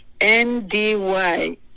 N-D-Y